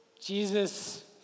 Jesus